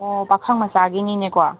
ꯑꯣ ꯄꯥꯈꯪ ꯃꯆꯥꯒꯤꯅꯤꯅꯦꯀꯣ